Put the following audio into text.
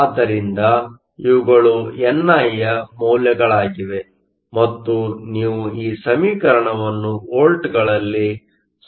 ಆದ್ದರಿಂದ ಇವುಗಳು ಎನ್ ಐಯ ಮೌಲ್ಯಗಳಾಗಿವೆ ಮತ್ತು ನೀವು ಈ ಸಮೀಕರಣವನ್ನು ವೋಲ್ಟ್Voltಗಳಲ್ಲಿ 0